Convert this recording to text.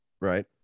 Right